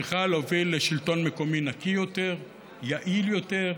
צריכה להוביל לשלטון מקומי נקי יותר, יעיל יותר,